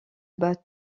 bat